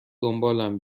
دنبالم